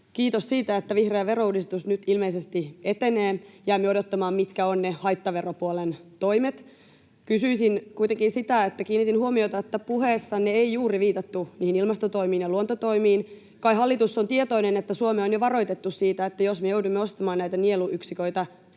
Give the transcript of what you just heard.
Kiitos siitä, että vihreä verouudistus nyt ilmeisesti etenee. Jäämme odottamaan, mitkä ovat ne haittaveropuolen toimet. Kysyisin kuitenkin, kun kiinnitin huomiota, että puheessanne ei juuri viitattu niihin ilmastotoimiin ja luontotoimiin: kai hallitus on tietoinen, että Suomea on jo varoitettu siitä, että jos me joudumme ostamaan näitä nieluyksiköitä